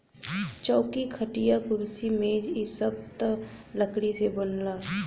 चौकी, खटिया, कुर्सी मेज इ सब त लकड़ी से बनला